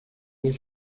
mil